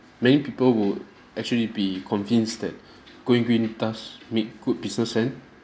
many people would actually be convinced that going green does make good business and